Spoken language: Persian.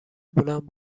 بلند